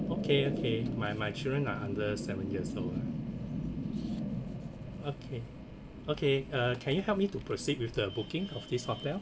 okay okay my my children are under seven years old ah okay okay uh can you help me to proceed with the booking of this hotel